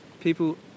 people